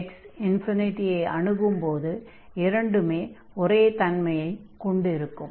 x ஐ அணுகும்போது இரண்டுமே ஒரே தன்மையை கொண்டிருக்கும்